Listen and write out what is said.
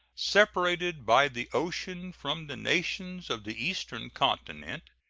separated by the ocean from the nations of the eastern continent,